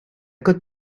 cote